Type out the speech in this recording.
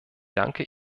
danke